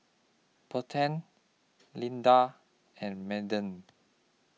Payten Linda and Madden